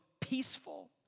peaceful